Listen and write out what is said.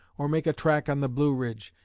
or make a track on the blue ridge,